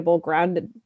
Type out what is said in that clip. grounded